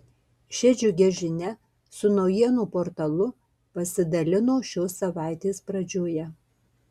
šia džiugia žinia su naujienų portalu pasidalino šios savaitės pradžioje